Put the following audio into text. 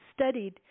studied